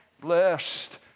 Blessed